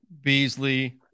Beasley